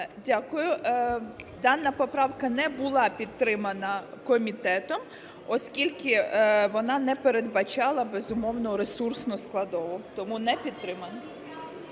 Дякую. Дана поправка не була підтримана комітетом, оскільки вона не передбачала, безумовно, ресурсну складову. Тому не підтримана.